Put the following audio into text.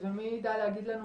מי יידע להגיד לנו?